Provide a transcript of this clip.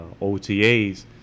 OTAs